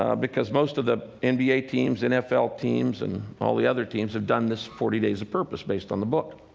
ah because most of the and nba teams, nfl teams and all the other teams have done this forty days of purpose, based on the book.